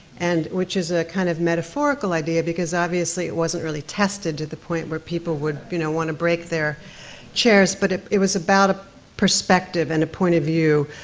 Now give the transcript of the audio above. and which is a kind of metaphorical idea, because obviously it wasn't really tested to the point where people would you know want to break their chairs, but it it was about a perspective and a point of view,